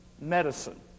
medicine